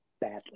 badly